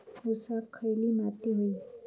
ऊसाक खयली माती व्हयी?